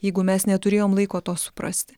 jeigu mes neturėjom laiko to suprasti